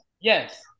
Yes